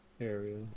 area